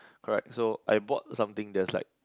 correct so I bought something that's like